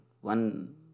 one